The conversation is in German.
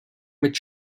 mit